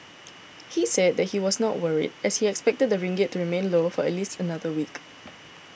he said that he was not worried as he expected the ringgit to remain low for at least another week